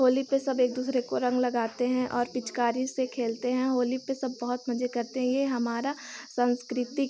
होली पर सब एक दूसरे को रंग लगाते हैं और पिचकारी से खेलते हैं होली पर सब बहुत मज़े करते हैं यह हमारा सांस्कृतिक